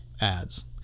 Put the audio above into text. ads